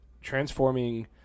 transforming